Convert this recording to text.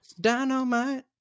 dynamite